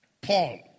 Paul